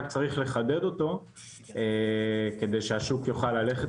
רק צריך לחדד אותו כדי שהשוק יוכל ללכת